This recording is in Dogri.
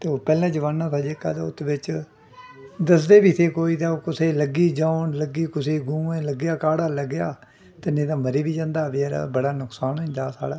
ते ओह् पैह्ले जमान्ना था जेह्का ते उत्त बिच्च दसदे बी थे कोई ते कुसै गी लग्गी जौन लग्गी कुसै लग्गै गूंऐ लग्गेआ काढ़ा लग्गेआ ते नेईं तां मरी बी जंदा हा बचैरा बड़ा नुक्सान होई जंदा हा साढ़ा